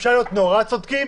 אפשר להיות נורא צודקים